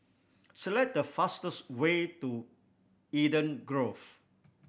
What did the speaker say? select the fastest way to Eden Grove